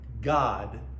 god